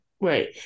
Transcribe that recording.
right